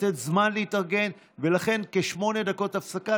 לתת זמן להתארגן, ולכן, כשמונה דקות הפסקה.